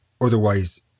otherwise